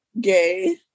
Gay